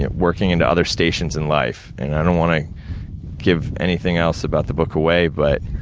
and working into other stations in life. and, i don't wanna give anything else about the book away, but